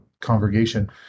congregation